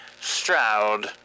Stroud